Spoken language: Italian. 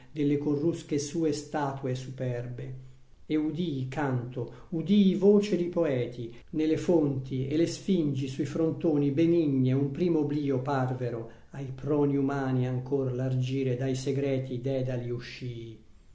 le corrusche sue statue superbe e udìi canto udìi voce di poeti ne le fonti e le sfingi sui frontoni benigne un primo oblio parvero ai proni umani ancor largire dai segreti dedali uscìi